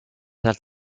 sealt